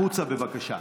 החוצה בבקשה.